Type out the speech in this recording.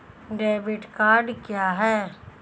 Debit card क्या है?